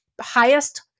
highest